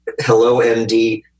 HelloMD